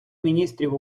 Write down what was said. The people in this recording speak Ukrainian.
міністрів